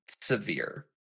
severe